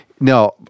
No